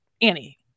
Annie